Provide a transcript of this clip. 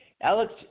Alex